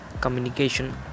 communication